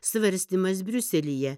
svarstymas briuselyje